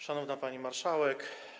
Szanowna Pani Marszałek!